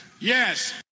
Yes